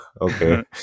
Okay